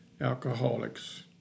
alcoholics